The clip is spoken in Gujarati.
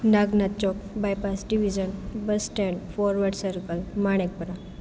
નાગના ચોક bypass division bus stand forward circle માણેક પરા